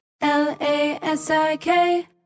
L-A-S-I-K